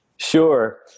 Sure